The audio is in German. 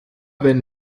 wenn